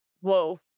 Whoa